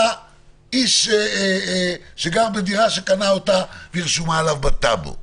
לאיש שגר בדירה שקנה אותה והיא רשומה על שמו בטאבו.